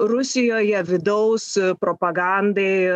rusijoje vidaus propagandai